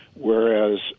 whereas